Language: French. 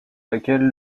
laquelle